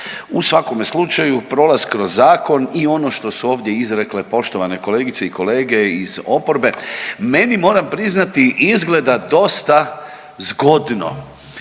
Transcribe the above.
U svakome slučaju prolaz kroz zakon i ono što su ovdje izrekle poštovane kolegice i kolege iz oporbe meni moram priznati izgleda dosta zgodno,